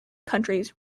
countries